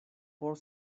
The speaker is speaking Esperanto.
por